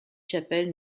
chapelle